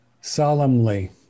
solemnly